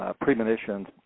premonitions